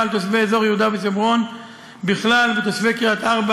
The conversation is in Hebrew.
על תושבי יהודה ושומרון בכלל ועל תושבי קריית-ארבע